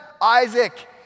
Isaac